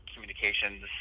communications